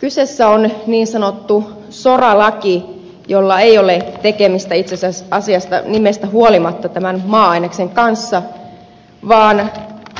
kyseessä on niin sanottu soralaki jolla ei ole tekemistä itse asiassa nimestä huolimatta tämän maa aineksen kanssa vaan